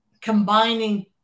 combining